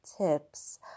tips